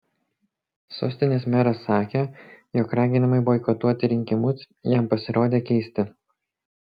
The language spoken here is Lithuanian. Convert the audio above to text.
sostinės meras sakė jog raginimai boikotuoti rinkimus jam pasirodė keisti